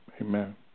Amen